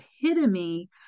epitome